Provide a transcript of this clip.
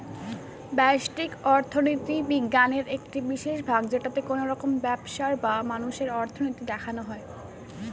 ব্যষ্টিক অর্থনীতি বিজ্ঞানের একটি বিশেষ ভাগ যেটাতে কোনো ব্যবসার বা মানুষের অর্থনীতি দেখা হয়